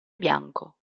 bianco